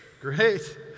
Great